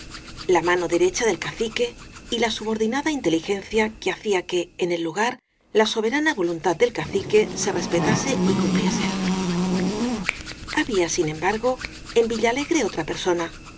la mano derecha del cacique y la subordinada in teligencia que hacía que en el lugar la soberana voluntad del cacique se respetase y cumpliese había sin embargo en villalegre otra persona